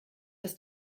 das